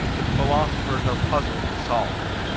which philosophers are puzzled to solve.